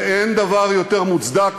ואין דבר יותר מוצדק